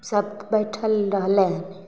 सब बैठल रहलै हन